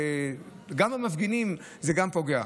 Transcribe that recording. גם במפגינים זה פוגע.